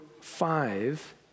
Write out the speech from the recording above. five